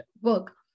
work